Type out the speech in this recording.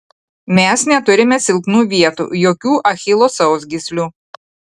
mes neturime silpnų vietų jokių achilo sausgyslių